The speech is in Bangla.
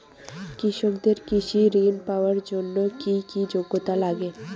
কৃষকদের কৃষি ঋণ পাওয়ার জন্য কী কী যোগ্যতা লাগে?